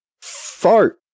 Fart